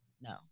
no